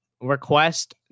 Request